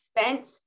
spent